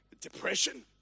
depression